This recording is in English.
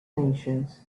nations